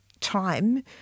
time